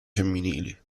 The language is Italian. femminili